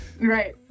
Right